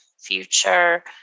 future